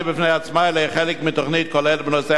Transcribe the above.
חלק מתוכנית כוללת בנושא הכנה לצה"ל.